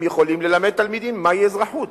הם יכולים ללמד תלמידים מהי אזרחות